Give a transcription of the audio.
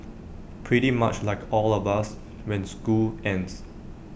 pretty much like all of us when school ends